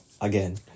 Again